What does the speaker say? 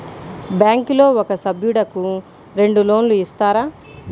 బ్యాంకులో ఒక సభ్యుడకు రెండు లోన్లు ఇస్తారా?